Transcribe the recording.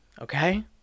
Okay